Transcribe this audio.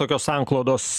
tokios sanklodos